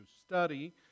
study